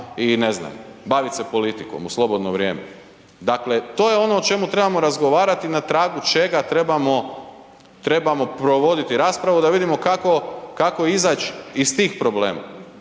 i ne znam, bavit se politikom u slobodno vrijeme. Dakle, to je ono o čemu trebamo razgovarati, na tragu čega trebamo provoditi raspravu da vidimo kako izać iz tih problema.